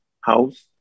house